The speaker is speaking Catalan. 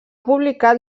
publicat